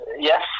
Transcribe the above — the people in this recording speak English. yes